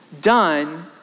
done